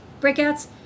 breakouts